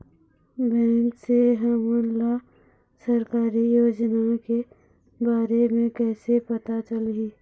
Bank से हमन ला सरकारी योजना के बारे मे कैसे पता चलही?